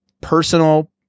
personal